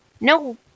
No